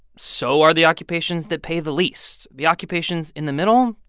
so are the occupations that pay the least. the occupations in the middle,